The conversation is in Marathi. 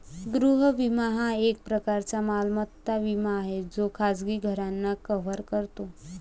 गृह विमा हा एक प्रकारचा मालमत्ता विमा आहे जो खाजगी घरांना कव्हर करतो